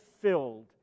filled